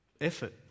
effort